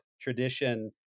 tradition